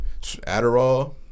Adderall